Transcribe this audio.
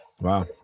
Wow